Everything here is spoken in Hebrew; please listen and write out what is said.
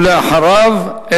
ואחריו,